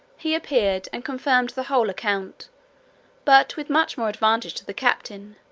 he appeared, and confirmed the whole account but with much more advantage to the captain,